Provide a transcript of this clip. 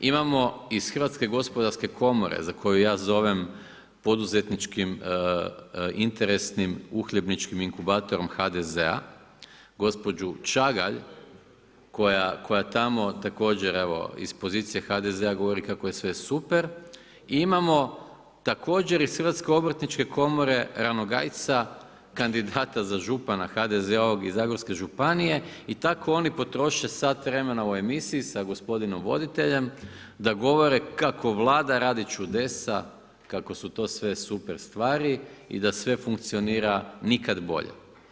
Imamo iz Hrvatske gospodarske komore za koju ja zove poduzetničkim interesnim uhljebničkim inkubatorom HDZ-a, gospođu Čagalj koja tamo također evo iz pozicije HDZ-a govori kako je sve super i imamo također iz Hrvatske obrtničke komore Ranogajca, kandidata za župana HDZ-a iz Zagorske županije i tako oni potroše sat vremena u emisiji sa gospodinom voditeljem da govore kako Vlada radi čudesa, kako su to sve super stvari i da sve funkcionira nikad bolje.